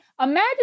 imagine